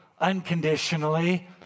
unconditionally